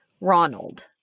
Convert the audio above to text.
Ronald